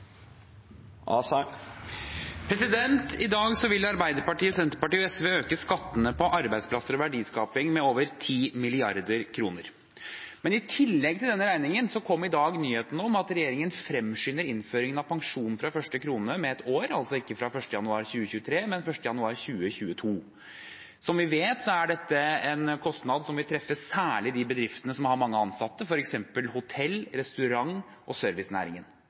I dag vil Arbeiderpartiet, Senterpartiet og SV øke skattene på arbeidsplasser og verdiskaping med over 10 mrd. kr. Men i tillegg til denne regningen kom i dag nyheten om at regjeringen fremskynder innføringen av pensjon fra første krone med et år, altså ikke fra 1. januar 2023, men 1. januar 2022. Som vi vet, er dette en kostnad som vil treffe særlig de bedriftene som har mange ansatte, f.eks. hotell-, restaurant- og servicenæringen.